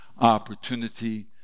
opportunity